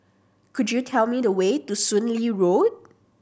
could you tell me the way to Soon Lee Road